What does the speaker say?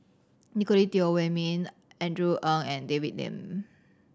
Nicolette Teo Wei Min Andrew Ang and David Lim